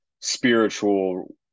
spiritual